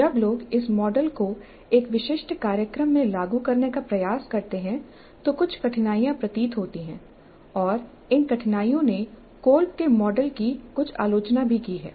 जब लोग इस मॉडल को एक विशिष्ट कार्यक्रम में लागू करने का प्रयास करते हैं तो कुछ कठिनाइयां प्रतीत होती हैं और इन कठिनाइयों ने कोल्ब के मॉडल की कुछ आलोचना भी की है